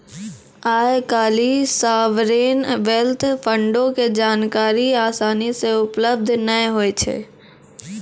आइ काल्हि sovereign wealth फंडो के जानकारी असानी से उपलब्ध नै होय छै